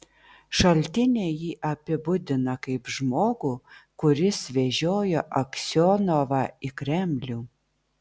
šaltiniai jį apibūdina kaip žmogų kuris vežiojo aksionovą į kremlių